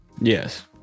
Yes